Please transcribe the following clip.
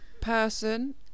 person